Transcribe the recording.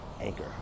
Anchor